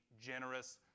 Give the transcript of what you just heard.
generous